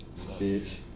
bitch